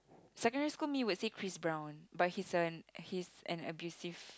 secondary school me would say Chris-Brown but he's an he's an abusive